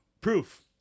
proof